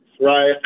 right